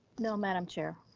no madam chair,